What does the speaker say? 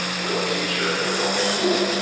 nor a teacher in a normal school,